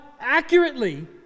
accurately